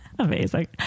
Amazing